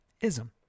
ism